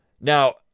Now